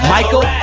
Michael